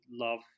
love